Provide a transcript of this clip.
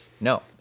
no